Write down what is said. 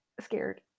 Scared